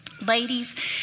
Ladies